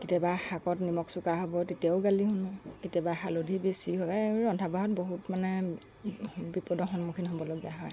কেতিয়াবা শাকত নিমখ চোকা হ'ব তেতিয়াও গালি শুনো কেতিয়াবা হালধি বেছি হয় আৰু ৰন্ধা বঢ়াত বহুত মানে বিপদৰ সন্মুখীন হ'বলগীয়া হয়